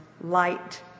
light